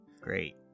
Great